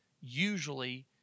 usually